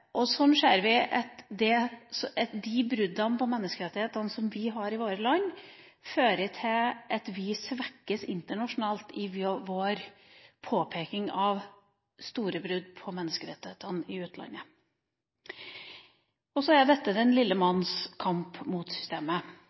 ser vi at de bruddene på menneskerettighetene som vi har i våre land, fører til at vi svekkes internasjonalt i vår påpeking av store brudd på menneskerettighetene i utlandet. Og så er dette den lille manns kamp mot systemet.